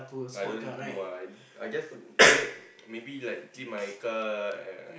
I don't know ah I I guess make maybe like see my car uh